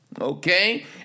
Okay